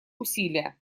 усилия